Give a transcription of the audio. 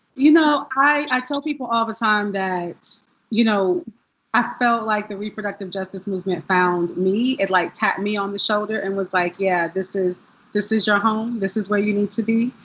you know, i tell people all the time that you know i felt like the reproductive justice movement found me. it like tapped me on the shoulder and was like. yeah. this is this is your home. this is where you need to be.